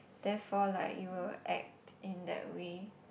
therefore like it will act in that way